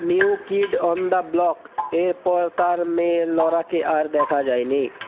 new kid on the block এর পর তার মেয়ে লরাকে আর দেখা যায়নি